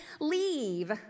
leave